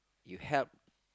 you help